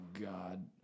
God